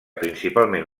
principalment